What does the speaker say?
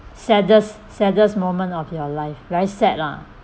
saddest saddest moment of your life very sad lah